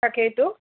তাকেইতো